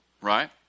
Right